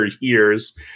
years